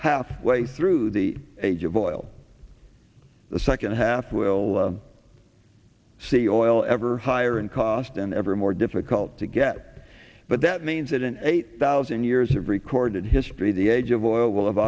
half way through the age of oil the second half will see oil ever higher and cost an ever more difficult to get but that means that an eight thousand years of recorded history the age of oil will have